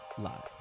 Live